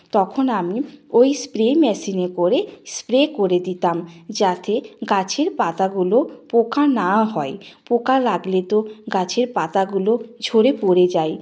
তখন আমি ওই স্প্রে মেশিনে করে স্প্রে করে দিতাম যাতে গাছের পাতাগুলো পোকা না হয় পোকা লাগলে তো গাছের পাতাগুলো ঝরে পড়ে যায়